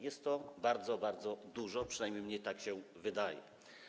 Jest to bardzo, bardzo dużo, przynajmniej tak mi się wydaje.